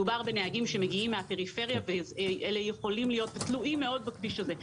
מדובר בנהגים שמגיעים מהפריפריה ויכולים להיות תלויים מאוד בכביש הזה,